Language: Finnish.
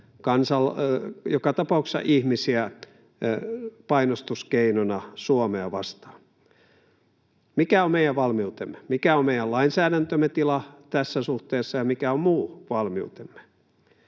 joka tapauksessa ihmisiä painostuskeinona Suomea vastaan? Mikä on meidän valmiutemme? Mikä on meidän lainsäädäntömme tila tässä suhteessa, ja mikä on muu valmiutemme?